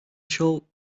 show